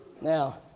Now